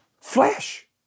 Flesh